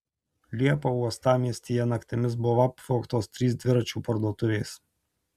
liepą uostamiestyje naktimis buvo apvogtos trys dviračių parduotuvės